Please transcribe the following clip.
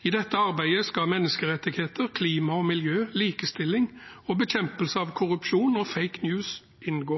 I dette arbeidet skal menneskerettigheter, klima og miljø, likestilling og bekjempelse av korrupsjon og «fake news» inngå.